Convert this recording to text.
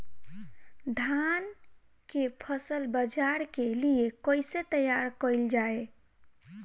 धान के फसल बाजार के लिए कईसे तैयार कइल जाए?